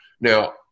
Now